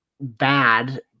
bad